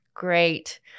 Great